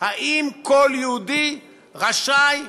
האם כל יהודי רשאי וחייב,